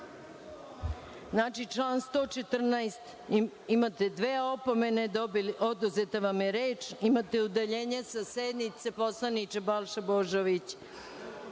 član 114. imate dve opomene, oduzeta vam je reč, imate udaljenje sa sednice poslaniče Balša Božoviću.